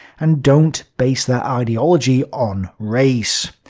and don't base their ideology on race.